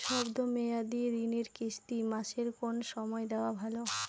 শব্দ মেয়াদি ঋণের কিস্তি মাসের কোন সময় দেওয়া ভালো?